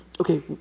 Okay